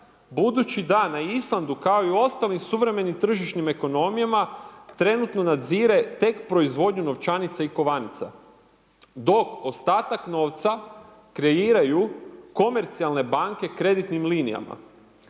budući da na Islandu kao i u ostalim suvremenim tržišnim ekonomijama trenutno nadzire tek proizvodnju novčanica i kovanica dok ostatak novca kreiraju komercijalne banke kreditnim linijama.